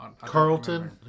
Carlton